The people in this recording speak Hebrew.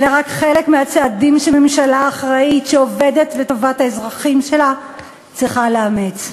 אלה רק חלק מהצעדים שממשלה אחראית שעובדת לטובת האזרחים שלה צריכה לאמץ.